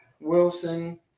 Wilson